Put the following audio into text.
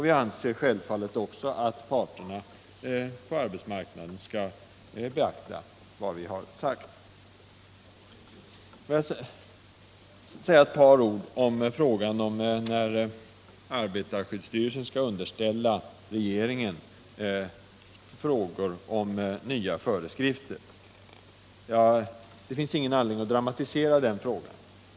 Vi anser självfallet också att parterna på arbetsmarknaden bör beakta vad vi har sagt. Jag vill säga ett par ord om när arbetarskyddsstyrelsen skall underställa regeringen frågor om nya föreskrifter. Det finns ingen anledning att dramatisera den frågan.